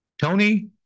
Tony